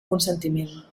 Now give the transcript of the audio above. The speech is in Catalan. consentiment